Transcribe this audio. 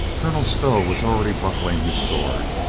colonel stow was already buckling his sword.